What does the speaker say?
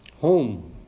Home